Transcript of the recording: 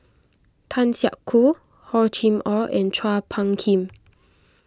Tan Siak Kew Hor Chim or and Chua Phung Kim